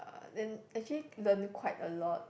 but then actually learn quite a lot